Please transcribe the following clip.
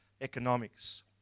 Economics